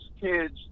kids